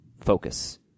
Focus